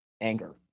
anger